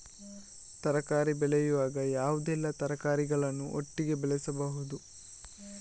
ತರಕಾರಿ ಬೆಳೆಯುವಾಗ ಯಾವುದೆಲ್ಲ ತರಕಾರಿಗಳನ್ನು ಒಟ್ಟಿಗೆ ಬೆಳೆಸಬಹುದು?